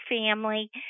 family